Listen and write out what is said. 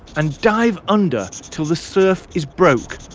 and dive under till the surf is broke.